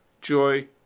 Joy